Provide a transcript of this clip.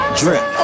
drip